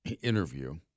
interview